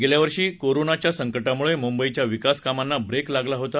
गेल्यावर्षी कोरोनाच्या संकटामुळे मुंबईच्या विकास कामांना ब्रेक लागला होता